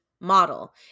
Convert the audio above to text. model